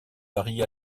varie